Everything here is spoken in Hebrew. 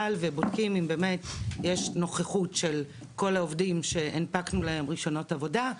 ובודקים אם יש נוכחות של כל העובדים שהנפקנו להם רישיונות עבודה,